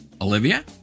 Olivia